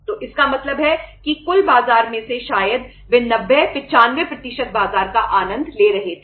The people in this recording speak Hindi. तो इसका मतलब है कि कुल बाजार में से शायद वे 90 95 बाजार का आनंद ले रहे थे